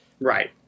right